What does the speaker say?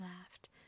laughed